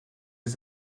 des